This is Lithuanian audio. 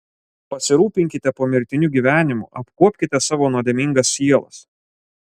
pasirūpinkite pomirtiniu gyvenimu apkuopkite savo nuodėmingas sielas